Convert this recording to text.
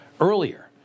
earlier